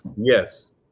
yes